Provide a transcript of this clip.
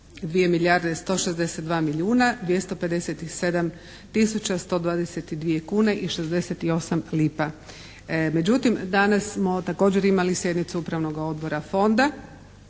milijarde 162 milijuna 257 tisuća 122 kune i 68 lipa. Međutim danas smo također imali sjednicu Upravnoga odbora Fonda